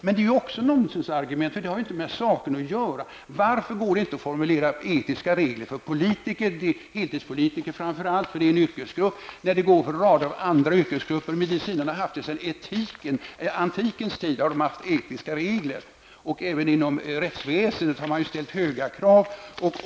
Det är också ett nonsensargument, det har inte med saken att göra. Varför går det inte att formulera etiska regler för politiker, framför allt heltidspolitiker, när det går att göra det för en rad andra yrkesgrupper? Medicinare har haft etiska regler sedan antikens tid. Även inom rättsväsendet ställs höga krav.